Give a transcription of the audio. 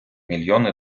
мільйони